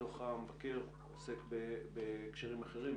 דוח המבקר עוסק בהקשרים אחרים,